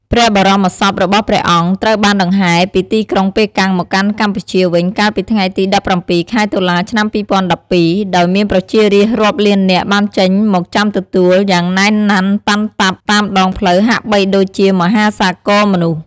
ព្រះបរមសពរបស់ព្រះអង្គត្រូវបានដង្ហែពីទីក្រុងប៉េកាំងមកកាន់កម្ពុជាវិញ កាលពីថ្ងៃទី ១៧ ខែ តុលា ឆ្នាំ ២០១២ ដោយមានប្រជារាស្ត្ររាប់លាននាក់បានចេញមកចាំទទួលទទួលយ៉ាងណែនណាន់តាន់តាប់តាមដងផ្លូវហាក់បីដូចជាមហាសាគរមនុស្ស។